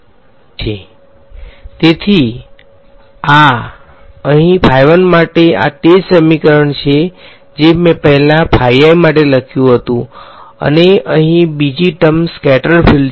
આ માટે છે તેથી અહીં આ માટે આ તે જ સમીકરણ છે જે મેં પહેલા માટે લખ્યું હતું અને અહીં બીજી ટર્મ સ્કેટર્ડ ફીલ્ડ છે